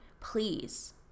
please